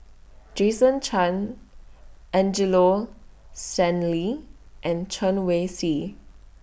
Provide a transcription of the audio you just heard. Jason Chan Angelo Sanelli and Chen Wen Hsi